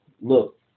look